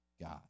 God